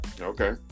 Okay